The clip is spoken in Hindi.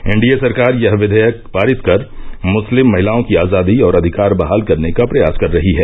एनडीए सरकार येंह विधेयक पारित कर मृस्लिम महिलाओं की आजादी और अधिकार बहाल करने का प्रयास कर रही है